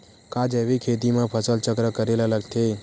का जैविक खेती म फसल चक्र करे ल लगथे?